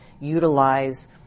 utilize